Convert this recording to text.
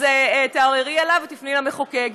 אז תערערי עליו ותפני למחוקק.